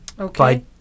Okay